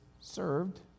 served